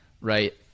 right